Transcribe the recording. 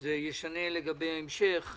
- זה ישנה לגבי ההמשך.